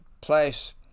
place